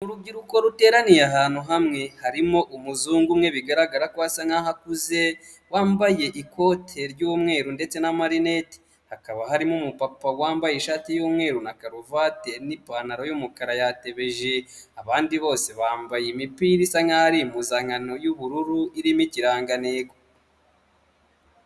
Urubyiruko ruteraniye ahantu hamwe harimo umuzungu umwe bigaragara ko asa nk'aho akuze, wambaye ikote ry'umweru ndetse n'amarinete. Hakaba harimo umupapa wambaye ishati y'umweru na karuvati n'ipantaro y'umukara yatebeje, abandi bose bambaye imipira isa nk'aho ari impuzankano y'ubururu irimo ikirangantego.